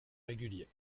régulier